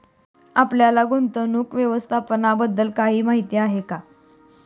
आपल्याला गुंतवणूक व्यवस्थापनाबद्दल काही माहिती आहे का?